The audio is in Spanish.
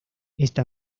esta